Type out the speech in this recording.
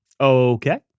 Okay